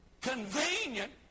Convenient